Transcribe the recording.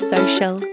Social